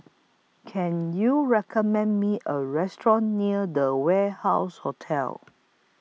Can YOU recommend Me A Restaurant near The Warehouse Hotel